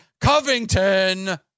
Covington